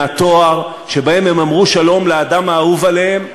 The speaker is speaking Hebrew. מהטוהר שבהם הם אמרו שלום לאדם האהוב עליהם,